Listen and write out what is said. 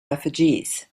refugees